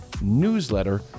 newsletter